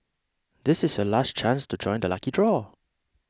this is your last chance to join the lucky draw